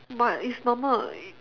but it's normal